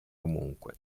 comunque